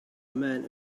man